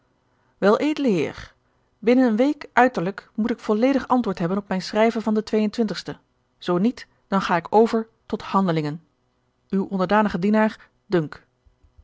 volgt weled heer binnen eene week uiterlijk moet ik volledig antwoord hebben op mijn schrijven van en den zoo niet dan ga ik over tot handelingen uw ond dien